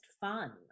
fun